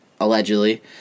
allegedly